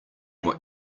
what